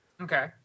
Okay